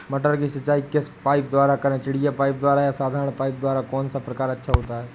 मटर की सिंचाई किस पाइप द्वारा करें चिड़िया पाइप द्वारा या साधारण पाइप द्वारा कौन सा प्रकार अच्छा होता है?